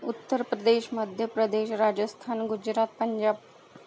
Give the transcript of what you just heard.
Uttar Pradesh Madhya Pradesh Rajasthan Gujarat Punjab